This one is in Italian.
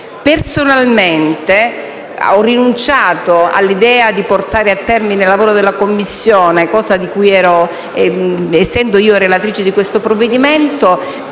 Personalmente ho rinunciato all'idea di portare a termine il lavoro della Commissione, essendo io relatrice di questo provvedimento,